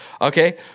Okay